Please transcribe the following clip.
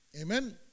Amen